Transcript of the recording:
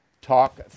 Talk